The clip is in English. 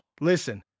Listen